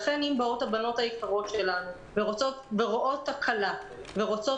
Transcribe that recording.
לכן אם באות הבנות היקרות שלנו ורואות תקלה ורוצות